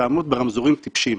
ותעמוד ברמזורים טיפשים?